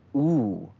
whoo,